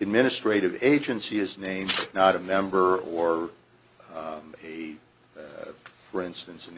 administrative agency is named not a member or a for instance and